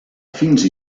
fins